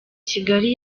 kigali